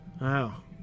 Wow